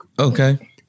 Okay